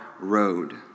road